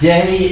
Day